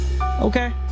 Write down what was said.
Okay